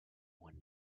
when